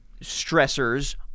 stressors